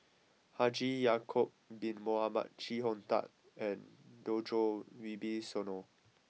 Haji Ya'Acob bin Mohamed Chee Hong Tat and Djoko Wibisono